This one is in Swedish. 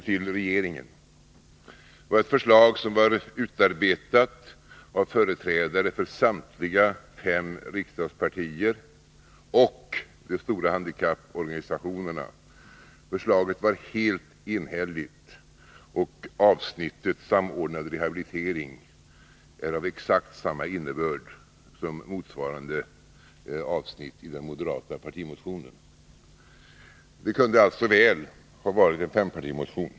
Det var ett förslag som var utarbetat av företrädare för samtliga fem riksdagspartier och de stora handikapporganisationerna. Förslaget var helt enhälligt. Avsnittet Samordnad rehabilitering är av exakt samma innebörd som motsvarande avsnitt i den moderata partimotionen. Det kunde alltså väl ha varit en fempartimotion.